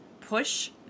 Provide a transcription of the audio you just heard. push